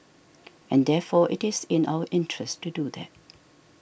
and therefore it is in our interest to do that